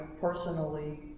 personally